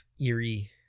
eerie